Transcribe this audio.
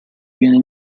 viene